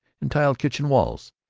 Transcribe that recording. and tiled kitchen walls,